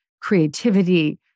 creativity